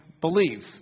believe